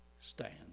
stand